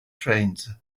trains